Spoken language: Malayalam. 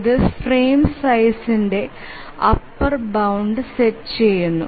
ഇത് ഫ്രെയിം സൈസ്ന്ടെ അപ്പർ ബൌണ്ട് സെറ്റ് ചെയുന്നു